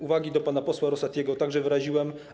Uwagi do pana posła Rosatiego także przekazałem.